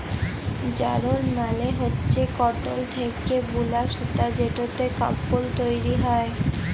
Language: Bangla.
যারল মালে হচ্যে কটল থ্যাকে বুলা সুতা যেটতে কাপল তৈরি হ্যয়